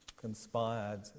conspired